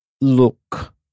Look